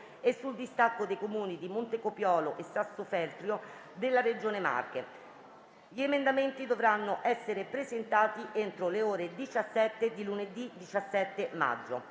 e sul distacco dei Comuni di Montecopiolo e Sassofeltrio dalla Regione Marche. Gli emendamenti dovranno essere presentati entro le ore 17 di lunedì 17 maggio.